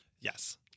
Yes